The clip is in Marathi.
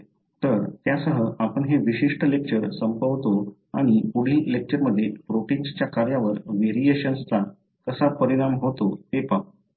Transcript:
तर त्यासह आपण हे विशिष्ट लेक्चर संपवतो आणि पुढील लेक्चरमध्ये प्रोटिन्सच्या कार्यावर व्हेरिएशन्सचा कसा परिणाम होतो ते पाहू